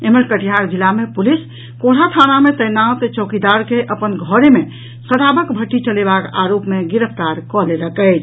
एम्हर कटिहार जिला मे पुलिस कोढ़ा थाना मे तैनात चौकीदार के अपन घरे मे शराबक भट्टी चलयबाक आरोप मे गिरफ्तार कऽ लेलक अछि